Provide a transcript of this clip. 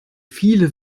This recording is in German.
viele